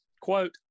Quote